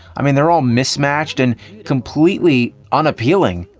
i mean they're all mismatched and completely unappealing.